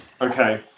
Okay